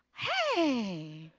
hey,